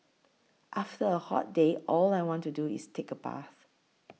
after a hot day all I want to do is take a bath